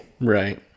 Right